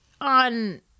on